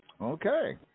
Okay